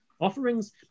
offerings